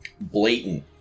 Blatant